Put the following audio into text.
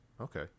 Okay